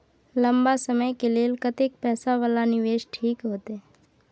लंबा समय के लेल कतेक पैसा वाला निवेश ठीक होते?